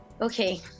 Okay